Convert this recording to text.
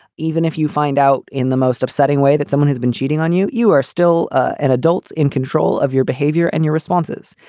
even if you find out in the most upsetting way that someone has been cheating on you, you are still an adult in control of your behavior and your responses.